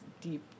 deep